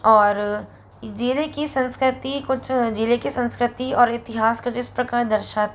और जिले की संस्कृति कुछ जिले की संस्कृति और इतिहास कुछ इस प्रकार दर्शाते हैं